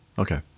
Okay